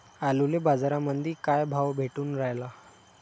आलूले बाजारामंदी काय भाव भेटून रायला?